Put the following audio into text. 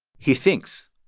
he thinks.